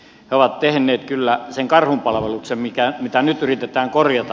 ne ovat tehneet kyllä sen karhunpalveluksen mitä nyt yritetään korjata